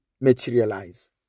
materialize